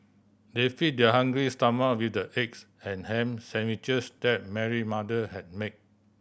they fed their hungry stomach with the eggs and ham sandwiches that Mary mother had made